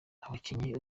abakinnyi